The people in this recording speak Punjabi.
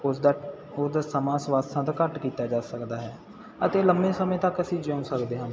ਉਸਦਾ ਕੁਝ ਸਮਾਂ ਸਵਾਸਾਂ ਤਾਂ ਘੱਟ ਕੀਤਾ ਜਾ ਸਕਦਾ ਹੈ ਅਤੇ ਲੰਮੇ ਸਮੇਂ ਤੱਕ ਅਸੀਂ ਜਿਉਂ ਸਕਦੇ ਹਾਂ